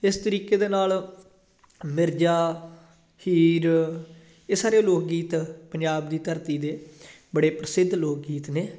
ਇਸ ਤਰੀਕੇ ਦੇ ਨਾਲ ਮਿਰਜ਼ਾ ਹੀਰ ਇਹ ਸਾਰੇ ਲੋਕ ਗੀਤ ਪੰਜਾਬ ਦੀ ਧਰਤੀ ਦੇ ਬੜੇ ਪ੍ਰਸਿੱਧ ਲੋਕ ਗੀਤ ਨੇ